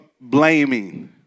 blaming